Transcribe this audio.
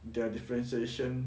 there are differentiation